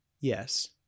Yes